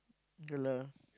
ya lah